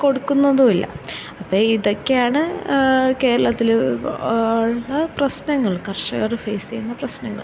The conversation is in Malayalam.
കൊടുക്കുന്നതും ഇല്ല അപ്പം ഇതൊക്കെയാണ് കേരളത്തില് ഉള്ള പ്രശ്നങ്ങൾ കർഷകര് ഫേസ് ചെയ്യുന്ന പ്രശ്നനങ്ങൾ